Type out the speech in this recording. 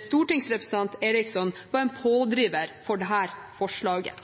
stortingsrepresentant Eriksson var en pådriver for dette forslaget.